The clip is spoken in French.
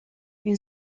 une